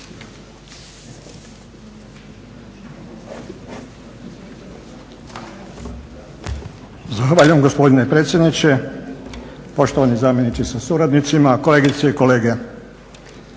Zahvaljujem gospodine predsjedniče, poštovani zamjeniče sa suradnicima, kolegice i kolege.